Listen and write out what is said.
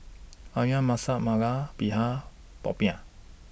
Ayam Masak Merah Begedil Popiah